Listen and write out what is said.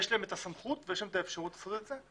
יש להם את הסמכות ויש להם את האפשרות לעשות את זה.